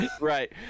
Right